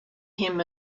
him